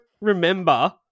remember